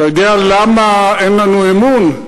אתה יודע למה אין לנו אמון?